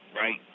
right